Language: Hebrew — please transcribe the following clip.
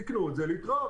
תקנו את זה ולהתראות.